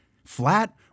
Flat